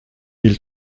mille